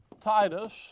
Titus